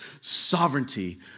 sovereignty